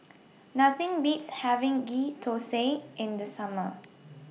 Nothing Beats having Ghee Thosai in The Summer